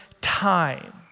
time